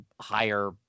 higher